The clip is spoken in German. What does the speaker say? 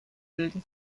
bilden